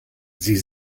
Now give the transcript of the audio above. sie